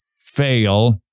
fail